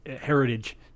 heritage